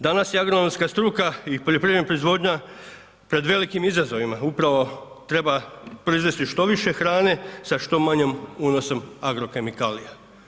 Danas je agronomska struka i poljoprivredna proizvodnja pred velikim izazovima, upravo treba proizvesti što više hrane sa što manjom unosom agrokemikalija.